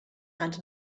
and